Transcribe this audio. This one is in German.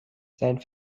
sein